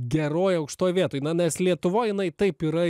geroj aukštoj vietoj na nes lietuvoj jinai taip yra